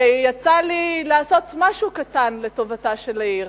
ויצא לי לעשות משהו קטן לטובתה של העיר.